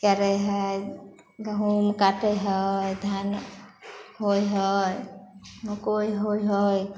करै हइ गहूम काटै हइ धान होइ हइ मकइ होइ हइ